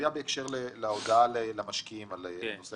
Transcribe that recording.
תביעה בהקשר להודעה למשקיעים על נושא